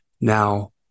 Now